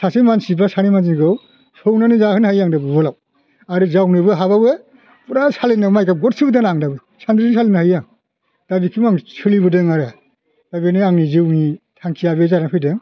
सासे मानसि बा सानै मानसिखौ सौनानै जाहोनो हायो आं दाबो उवालाव आरो जावनोबो हाबावो फुरा सालिनायाव माइगाब गरसेबो दोना आं दाबो सान्द्रिजों सालिनो हायो आं दा बिखिम आं सोलिबोदों आरो दा बेनो आंनि जिउनि थांखिया बे जाना फैदों